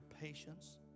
patience